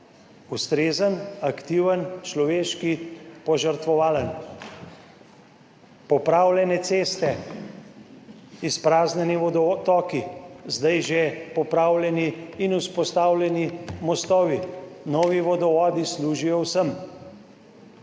Ustrezen, aktiven, človeški, požrtvovalen. Popravljene ceste, izpraznjeni vodotoki, zdaj že popravljeni in vzpostavljeni mostovi, novi vodovodi služijo vsem.